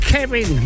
Kevin